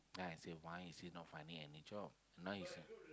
then I say why is he not finding any job now he's